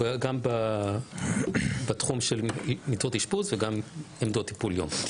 גם בתחום של מיטות אשפוז וגם בעמדות טיפול יום.